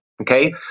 Okay